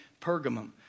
pergamum